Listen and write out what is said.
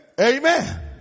Amen